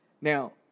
Now